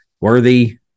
Worthy